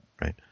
right